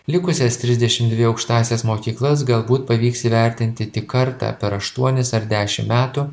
likusias trisdešimt dvi aukštąsias mokyklas galbūt pavyks įvertinti tik kartą per aštuonis ar dešim metų